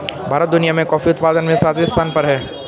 भारत दुनिया में कॉफी उत्पादन में सातवें स्थान पर है